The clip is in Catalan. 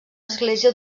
església